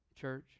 Church